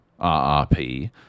RRP